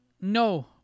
No